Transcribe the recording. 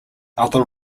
other